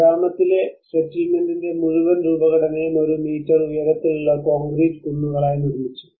ഗ്രാമത്തിലെ സെറ്റിൽമെൻന്റിന്റെ മുഴുവൻ രൂപഘടനയും ഒരു മീറ്റർ ഉയരത്തിലുള്ള കോൺക്രീറ്റ് കുന്നുകളായി നിർമ്മിച്ചു